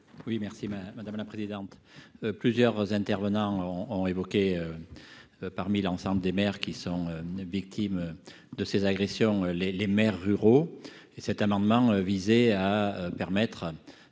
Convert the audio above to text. Oui, merci madame, madame la présidente, plusieurs intervenants ont évoqué parmi l'ensemble des maires qui sont victimes de ces agressions, les les maires ruraux et cet amendement visait à permettre